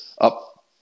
up